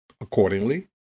Accordingly